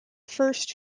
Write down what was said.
first